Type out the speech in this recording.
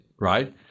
right